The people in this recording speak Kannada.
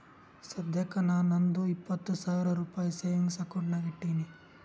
ಸದ್ಯಕ್ಕ ನಾ ನಂದು ಇಪ್ಪತ್ ಸಾವಿರ ರುಪಾಯಿ ಸೇವಿಂಗ್ಸ್ ಅಕೌಂಟ್ ನಾಗ್ ಇಟ್ಟೀನಿ